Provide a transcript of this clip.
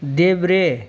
देब्रे